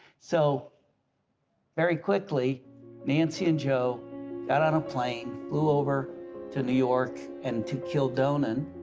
so very quickly nancy and joe got on a plane flew over to new york and to kildonan,